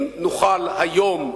אם נוכל היום,